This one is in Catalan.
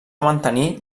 mantenir